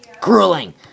Grueling